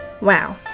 wow